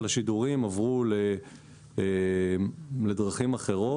אבל השידורים עברו לדרכים אחרות,